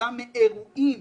כתוצאה מאירועים